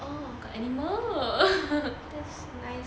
oh got animal